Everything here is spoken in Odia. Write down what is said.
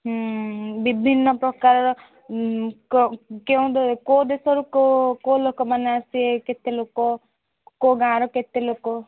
ହୁଁ ବିଭିନ୍ନ ପ୍ରକାରର କୋଉ ଦେଶ ରୁ କୋଉ ଲୋକମାନେ ଆସିବେ କେତେ ଲୋକ କୋଉ ଗାଁ ର କେତେ ଲୋକ